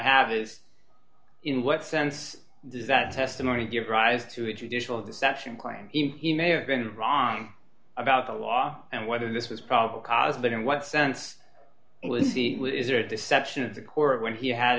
have is in what sense does that testimony give rise to a traditional deception claim he may have been wrong about the law and whether this was probably cause but in what sense is there a deception of the court when he had